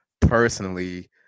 personally